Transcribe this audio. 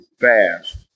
fast